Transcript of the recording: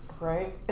right